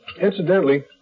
incidentally